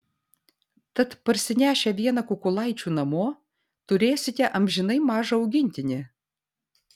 tad parsinešę vieną kukulaičių namo turėsite amžinai mažą augintinį